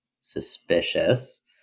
suspicious